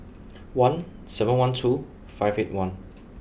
one seven one two five eight one